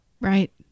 Right